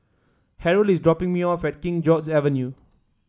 Harrell is dropping me off at King George Avenue